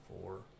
four